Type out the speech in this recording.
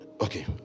okay